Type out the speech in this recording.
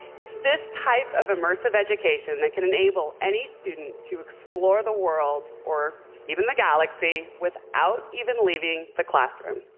it's this type of immersive education that can enable any student to explore the world or even the galaxy without even leaving the classroom.